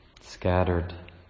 scattered